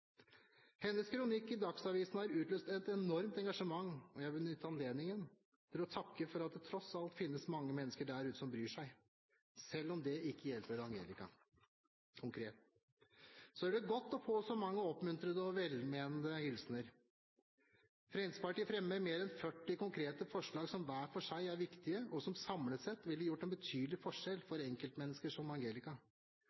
mennesker der ute som bryr seg. Selv om det ikke hjelper Angelica konkret, gjør det godt å få så mange oppmuntrende og velmenende hilsener. Fremskrittspartiet fremmer mer enn 40 konkrete forslag, som hver for seg er viktige, og som samlet sett ville gjort en betydelig forskjell